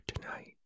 tonight